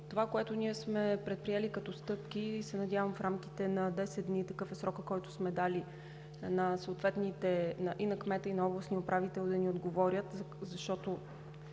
Това, което ние сме предприели като стъпки, се надявам в рамките на 10 дни – такъв е срокът, който сме дали на съответните и кмет, и областен управител да ни отговорят, защото